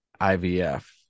IVF